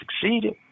succeeded